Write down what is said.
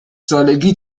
سالگی